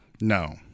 No